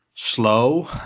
slow